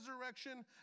resurrection